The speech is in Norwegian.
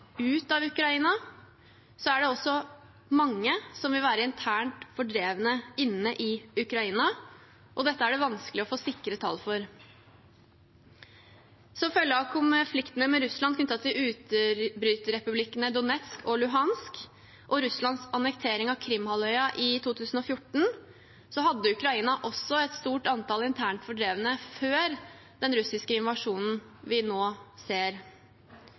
ut av Ukraina, er det også mange som vil være internt fordrevne inne i Ukraina. Dette er det vanskelig å få sikre tall for. Som følge av konfliktene med Russland knyttet til utbryterrepublikkene Donetsk og Luhansk og Russlands annektering av Krym-halvøya i 2014, hadde Ukraina også et stort antall internt fordrevne før den russiske invasjonen vi nå ser.